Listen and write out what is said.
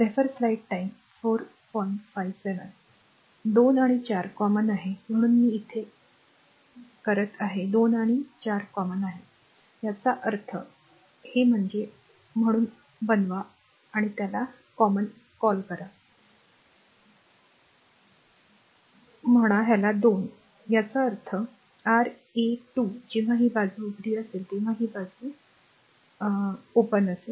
2 आणि 4 common आहे म्हणून मी ते येथे करत आहे की 2 आणि 4 common आहेत याचा अर्थ हे म्हणणे म्हणून बनवा r काय कॉल करा या बाजूबद्दल विसरून जा या बाजूला विसरून जा म्हणा 2 घ्या याचा अर्थ r a 2 जेव्हा ही बाजू उघडी असते तेव्हा ही बाजू उघडी असते